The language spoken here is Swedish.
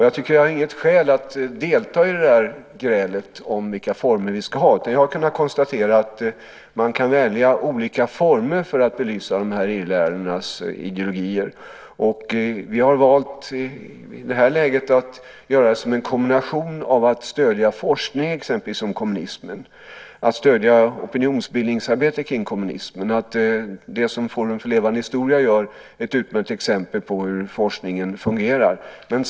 Jag har inget skäl att delta i grälet om vilka former vi ska ha. Jag har kunnat konstatera att vi kan välja olika former för att belysa irrlärornas ideologier. Vi har valt i det läget att göra det som en kombination av att stödja forskningen om kommunismen och att stödja opinionsbildningsarbete kring kommunismen. Vad Forum för levande historia gör är ett utmärkt exempel på hur forskningen fungerar.